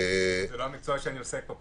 --- זה לא המקצוע שאני עוסק בו.